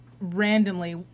randomly